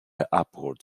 upward